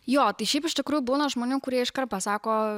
jo tai šiaip iš tikrųjų būna žmonių kurie iškar pasako